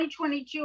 2022